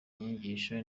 inyigisho